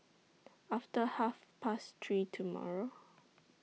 after Half Past three tomorrow